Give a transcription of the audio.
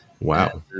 Wow